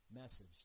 message